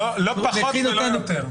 לא פחות ולא יותר.